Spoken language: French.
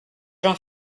j’en